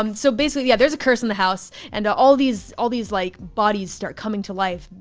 um so basically, yeah, there's a curse in the house. and all these all these like bodies start coming to life,